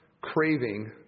craving